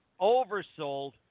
oversold